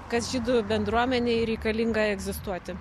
kas žydų bendruomenei reikalinga egzistuoti